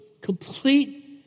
complete